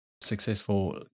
successful